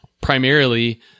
primarily